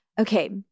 okay